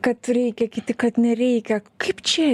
kad reikia kiti kad nereikia kaip čia